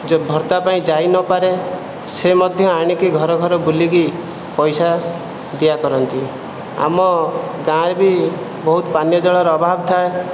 ଯେଉଁ ଭତ୍ତା ପାଇଁ ଯାଇନପାରେ ସେ ମଧ୍ୟ ଆଣିକି ଘରଘର ବୁଲିକି ପଇସା ଦିଆକରନ୍ତି ଆମ ଗାଁରେ ବି ବହୁତ ପାନୀୟଜଳର ଅଭାବ ଥାଏ